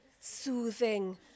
soothing